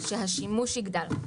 אלא שהשימוש יגדל.